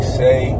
say